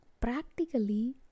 practically